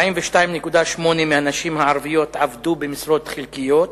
42.8% מהנשים הערביות עבדו במשרות חלקיות,